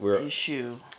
issue